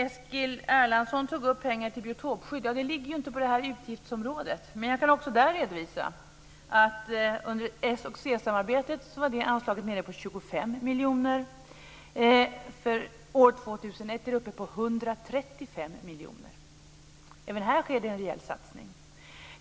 Eskil Erlandsson tog upp pengar till biotopskydd. Det ligger inte på det här utgiftsområdet, men jag kan även där redovisa att under s och c-samarbetet var det anslaget nere på 25 miljoner. För år 2001 är det uppe på 135 miljoner. Även här sker en rejäl satsning.